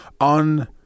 on